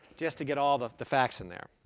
just to get all of the facts in there.